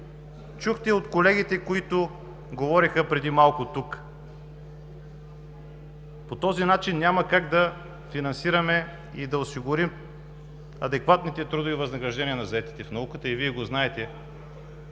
Чухте от колегите, които говореха преди малко тук. По този начин няма как да финансираме и да осигурим адекватните трудови възнаграждения на заетите в науката и Вие го знаете